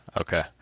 okay